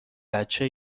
بچه